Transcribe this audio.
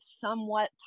somewhat